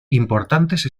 importantes